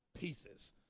pieces